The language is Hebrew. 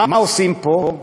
מה עושים פה?